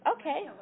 Okay